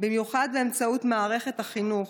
במיוחד באמצעות מערכת החינוך.